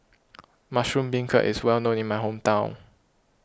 Mushroom Beancurd is well known in my hometown